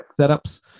setups